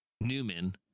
Newman